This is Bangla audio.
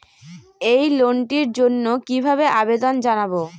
এই লোনটির জন্য কিভাবে আবেদন জানাবো?